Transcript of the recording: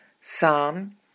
Psalm